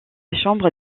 chambre